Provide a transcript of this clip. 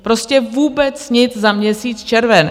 Prostě vůbec nic za měsíc červen.